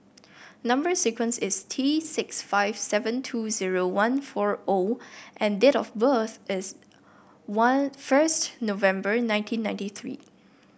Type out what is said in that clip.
number sequence is T six five seven two zero one four O and date of birth is one first November nineteen ninety three